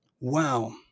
Wow